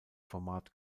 format